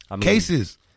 cases